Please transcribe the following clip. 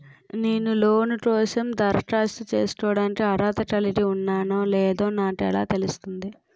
నేను లోన్ కోసం దరఖాస్తు చేసుకోవడానికి అర్హత కలిగి ఉన్నానో లేదో నాకు ఎలా తెలుస్తుంది?